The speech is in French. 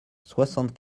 soixante